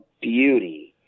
beauty